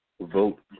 vote